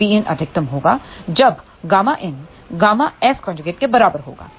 तोPin अधिकतम होगा जब ƬIN ƬS के बराबर होगा